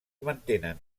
mantenen